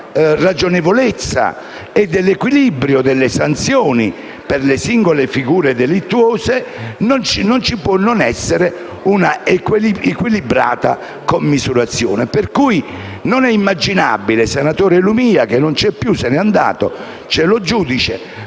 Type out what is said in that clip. della ragionevolezza e dell'equilibrio delle sanzioni per le singole figure delittuose, non ci può non essere un'equilibrata commisurazione. Per cui non è immaginabile - il senatore Lumia non c'è più, se n'è andato, ma è presente